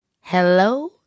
Hello